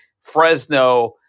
Fresno